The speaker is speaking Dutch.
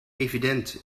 evident